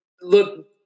look